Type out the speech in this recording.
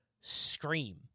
scream